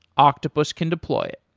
octopus can deploy it.